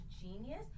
genius